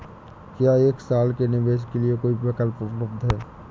क्या एक साल के निवेश के लिए कोई विकल्प उपलब्ध है?